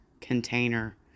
container